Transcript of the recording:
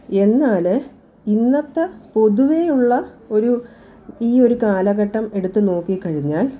എന്നാൽ ഇന്നത്ത പൊതുവെ ഉള്ള ഒരു ഈ ഒരു കാലഘട്ടം എടുത്ത് നോക്കി കഴിഞ്ഞാൽ